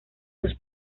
los